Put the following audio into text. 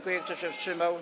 Kto się wstrzymał?